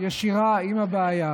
ישירה עם הבעיה